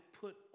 put